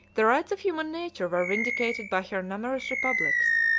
the rights of human nature were vindicated by her numerous republics,